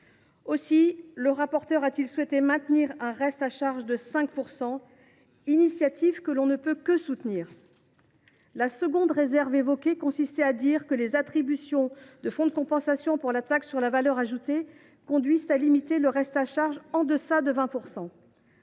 Aussi le rapporteur a t il souhaité maintenir un reste à charge de 5 %, initiative que l’on ne peut que soutenir. La seconde réserve exprimée consistait à dire que les attributions du fonds de compensation pour la taxe sur la valeur ajoutée (FCTVA) conduisaient à limiter le reste à charge en deçà de 20 %.